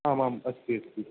आम् आम् अस्ति अस्ति